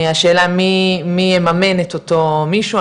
השאלה מי יממן את אותו מישהו,